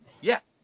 yes